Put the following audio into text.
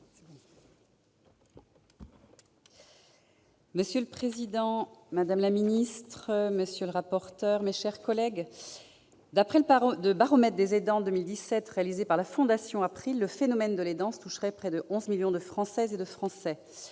Monsieur le président, madame la secrétaire d'État, monsieur le rapporteur, mes chers collègues, d'après le baromètre 2017 des aidants réalisé par la Fondation APRIL, le phénomène de l'« aidance » toucherait près de 11 millions de Françaises et de Français.